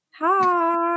Hi